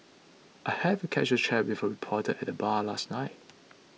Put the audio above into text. I had a casual chat with a reporter at the bar last night